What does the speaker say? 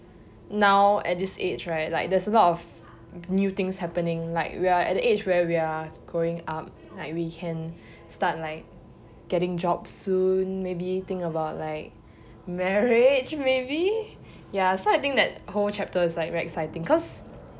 now at this age right like there is a lot of new things happening like we are at the age where we are growing up like we can start like getting job soon maybe think about like marriage maybe ya so I think that whole chapter is like very exciting cause